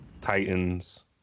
Titans